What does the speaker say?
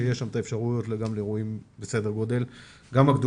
שתהיה שם את האפשרות גם לאירועים גדולים בסדר גודל של 1,000,